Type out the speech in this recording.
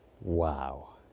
Wow